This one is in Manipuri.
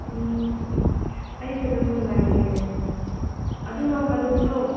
ꯎꯝ ꯑꯩꯁꯨꯨ ꯑꯗꯨꯝ ꯅꯨꯡꯉꯥꯏꯔꯤꯌꯦ ꯑꯗꯨ ꯅꯣꯡ ꯐꯥꯗꯣꯛꯁꯨ